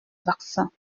vaccins